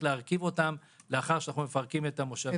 להרכיב לאחר שאנחנו מפרקים את המושבים.